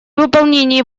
выполнении